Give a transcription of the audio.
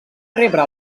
rebre